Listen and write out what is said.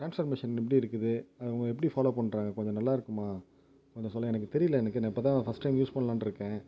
transformation எப்படி இருக்குது அவங்க எப்படி ஃபாலோ பண்ணுறாங்க கொஞ்சம் நல்லாருக்குமா கொஞ்சம் சொல்லேன் எனக்குத் தெரியலை எனக்கு இப்போ தான் ஃபர்ஸ்ட் டைம் யூஸ் பண்ணலான்ட்ருக்கேன்